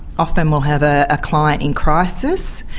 often we'll have a ah client in crisis.